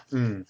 mm